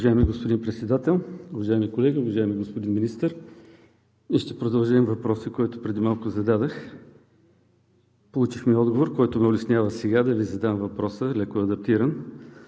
Уважаеми господин Председател, уважаеми колеги! Уважаеми господин Министър, ние ще продължим въпроса, който преди малко зададох. Получихме отговор, който ме улеснява сега да Ви задам въпроса леко адаптиран.